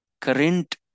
current